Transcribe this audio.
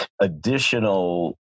additional